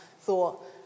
thought